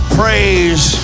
praise